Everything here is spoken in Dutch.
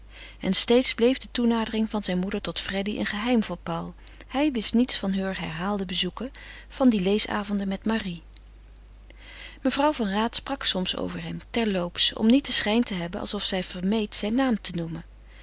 en steeds bleef de toenadering zijner moeder tot freddy een geheim voor paul hij wist niets van heur herhaalde bezoeken van die leesavonden met marie mevrouw van raat sprak soms over hem ter loops om niet den schijn te hebben alsof zij vermeed zijn naam te noemen